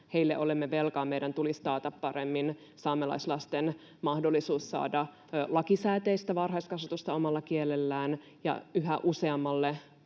heille olemme velkaa, meidän tulisi taata paremmin saamelaislasten mahdollisuus saada lakisääteistä varhaiskasvatusta omalla kielellään ja yhä useamman